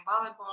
volleyball